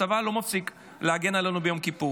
הצבא לא מפסיק להגן עלינו ביום כיפור,